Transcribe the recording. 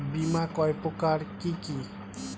বীমা কয় প্রকার কি কি?